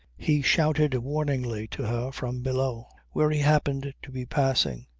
he shouted warningly to her from below where he happened to be passing.